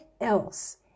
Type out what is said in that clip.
else